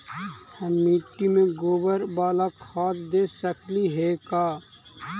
हम मिट्टी में गोबर बाला खाद दे सकली हे का?